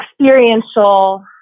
experiential